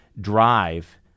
drive